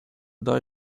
die